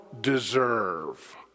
deserve